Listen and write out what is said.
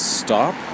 stop